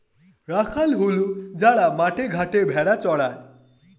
রাখাল হল যারা মাঠে ঘাটে ভেড়া চড়ায়